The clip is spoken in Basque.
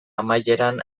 amaieran